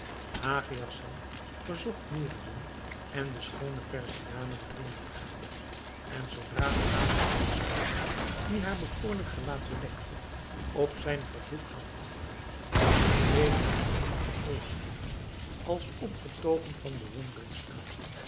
hagi hassan verzocht noureddin en de schoone perziane naar binnen te gaan en zoodra de laatste den sluijer die haar bekoorlijk gelaat bedekte op zijn verzoek had afgelegd bleef hij eenige oogenblikken als opgetogen van bewondering staan